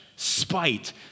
spite